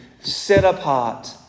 set-apart